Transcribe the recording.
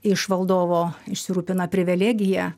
iš valdovo išsirūpina privilegiją